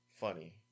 funny